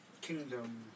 kingdom